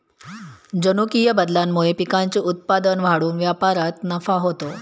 जनुकीय बदलामुळे पिकांचे उत्पादन वाढून व्यापारात नफा होतो